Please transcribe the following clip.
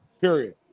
period